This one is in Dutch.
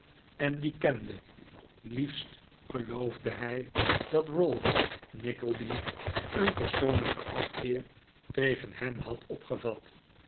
en die kende liefst geloofde hij dat ralph nickleby een persoonlijken afkeer tegen hem had opgevat